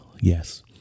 Yes